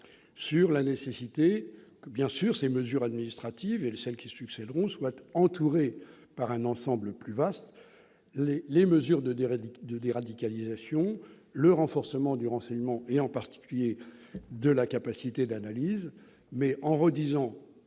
Il est nécessaire, bien sûr, que ces mesures administratives et celles qui leur succéderont soient entourées par un ensemble plus vaste : les mesures de déradicalisation et le renforcement du renseignement, en particulier de la capacité d'analyse. En réaffirmant